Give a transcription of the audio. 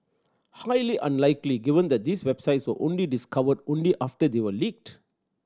highly unlikely given that these websites were only discovered only after they were leaked